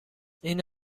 این